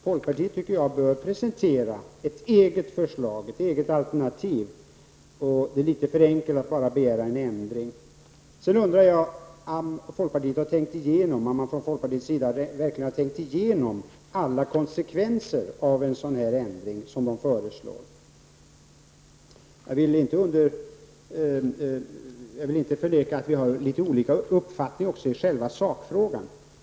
Folkpartiet bör presentera ett eget alternativ. Det är litet för enkelt att bara begära en ändring. Har man från folkpartiets sida verkligen tänkt igenom alla konsekvenser av en sådan ändring som man nu föreslår? Jag vill inte förneka att vi har litet olika uppfattning i själva sakfrågan.